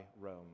Rome